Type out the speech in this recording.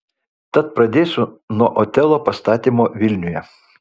tad pradėsiu nuo otelo pastatymo vilniuje